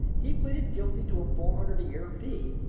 he pleaded guilty to a four-hundred-a-year fee,